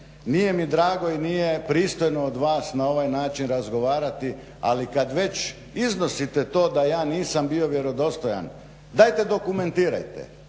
Nije mi drago i nije pristojno od vas na ovaj način razgovarati ali kad već iznosite to da ja nisam bio vjerodostojan, dajte dokumentirajte,